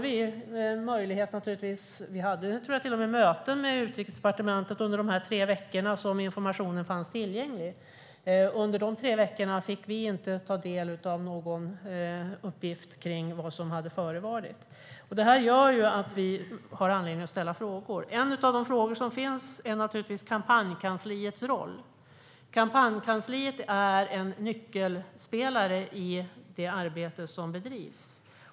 Vi hade till och med möten med Utrikesdepartementet under de tre veckor som informationen fanns tillgänglig, men under dessa tre veckor fick vi inte ta del av någon uppgift om vad som hade förevarit. Det gör att vi har anledning att ställa frågor. En av de frågor som finns gäller kampanjkansliets roll. Kampanjkansliet är en nyckelspelare i det arbete som bedrivs.